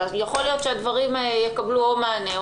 יכול להיות שהדברים יקבלו מענה,